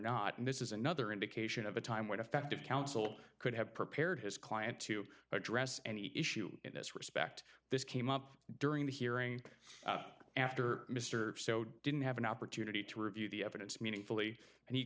not and this is another indication of a time when effective counsel could have prepared his client to address any issue in this respect this came up during the hearing after mr so didn't have an opportunity to review the evidence meaningfully and he